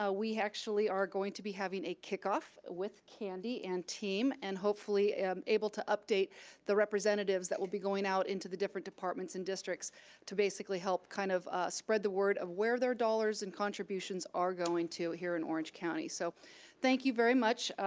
ah we actually are going to be having a kickoff, with candy and team and hopefully um able to update the representatives that will be going out into the different departments and districts to basically help kind of spread the word of where their dollars and contributions are going to here in orange county. so thank you very much.